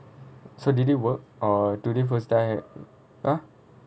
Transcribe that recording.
so did it work or today first time !huh!